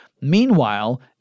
Meanwhile